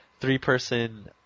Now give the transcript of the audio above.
three-person